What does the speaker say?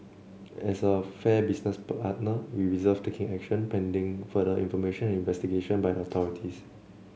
as a fair business partner we reserved taking action pending further information and investigation by the authorities